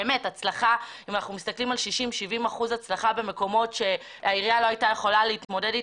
יש 60% 70% הצלחה במקומות שהעיריות לא היו מצליחות.